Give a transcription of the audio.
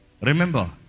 Remember